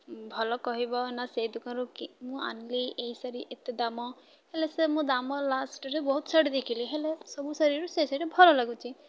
ଭଲ କହିବ ନା ସେଇ ଦୋକାନରୁ କି ମୁଁ ଆଣିଲି ଏଇ ଶାଢ଼ୀ ଏତେ ଦାମ ହେଲେ ସେ ମୁଁ ଦାମ ଲାଷ୍ଟରେ ବହୁତ ଶାଢ଼ୀ ଦେଖିଲି ହେଲେ ସବୁ ଶାଢ଼ୀରୁ ସେ ଶାଢ଼ୀ ଭଲ ଲାଗୁଛି